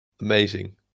Amazing